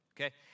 Okay